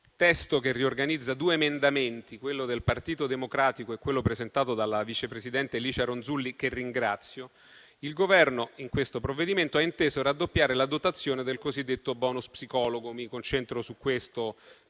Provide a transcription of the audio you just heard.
testo che riorganizza due emendamenti - quello del Partito Democratico e quello presentato dalla vicepresidente Licia Ronzulli, che ringrazio - il Governo in questo provvedimento ha inteso raddoppiare la dotazione del cosiddetto *bonus* psicologo. Mi concentro su questo